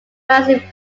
massive